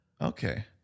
Okay